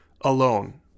alone